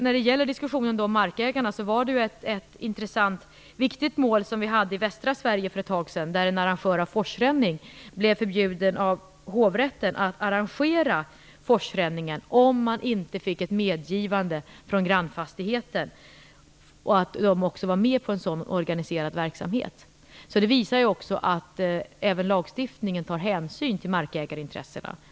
När det gäller diskussionen om markägarna var det för ett tag sedan ett viktigt mål i västra Sverige där en arrangör av forsränning blev förbjuden av hovrätten att arrangera forsränningen om man inte fick ett medgivande från grannfastigheten att man där var med på en sådan organiserad verksamhet. Det visar att även lagstiftningen tar hänsyn till markägarintressena.